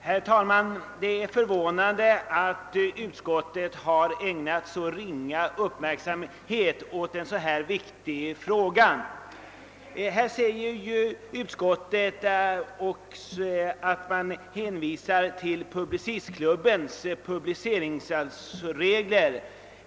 Herr talman! Det är förvånande att utskottet har ägnat så ringa uppmärksamhet åt en så viktig fråga som lagfäst rätt till beriktigande i press och radio. Utskottet hänvisar till Publicistklubbens nya publiceringsregler.